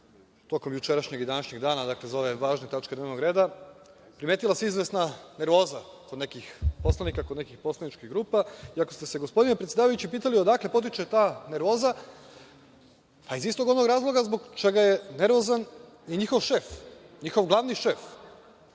tokom jučerašnjeg i današnjeg dana za ove važne tačke dnevnog reda, primetila se izvesna nervoza kod nekih poslanika, kod nekih poslaničkih grupa i ako ste se, gospodine predsedavajući, pitali odakle potiče ta nervoza, pa iz istog onog razloga zbog čega je nervozan i njihov šef, njihov glavni šef,